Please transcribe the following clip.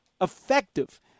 effective